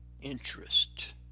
interest